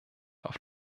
auf